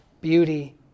beauty